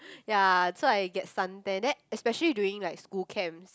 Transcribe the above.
ya so I get suntan then especially during like school camps